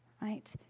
right